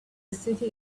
city